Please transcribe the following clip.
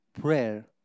prayer